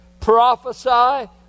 prophesy